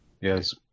Yes